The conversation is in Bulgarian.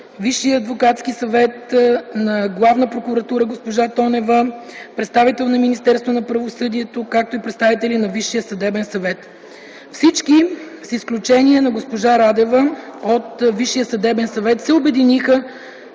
Висшия адвокатски съвет, Галина Тонева от Върховна касационна прокуратура, представител от Министерство на правосъдието, както и представители на Висшия съдебен съвет. Всички те с изключение на госпожа Радева от Висшия съдебен съвет се обединиха